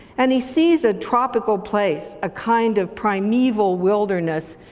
and he sees a tropical place, a kind of primeval wilderness,